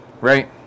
right